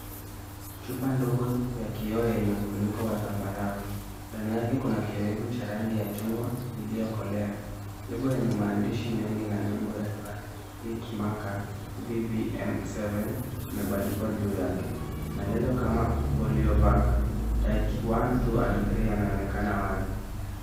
Chupa ndogo ya kioo yenye mfuniko wa zambarau. Ndani yake kuna kiyoyevu cha rangi ya chungwa iliyokolea. Lebo yenye maandishi mengi na nembo ya Duarit Marker VVM seven imebandikwa juu yake. Maelezo kama Polio Vac Types one, two and three yanaonekana wazi.